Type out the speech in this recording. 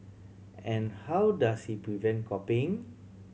and how does he prevent copying